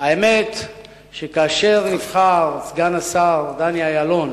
האמת שכאשר נבחר סגן השר דני אילון